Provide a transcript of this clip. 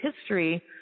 history